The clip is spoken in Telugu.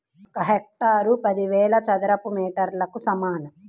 ఒక హెక్టారు పదివేల చదరపు మీటర్లకు సమానం